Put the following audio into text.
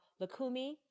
Lakumi